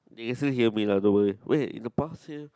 they also heal me either way wait in the past year